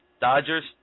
Dodgers